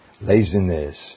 laziness